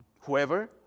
whoever